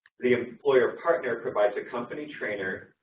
the employer partner provides a company trainer,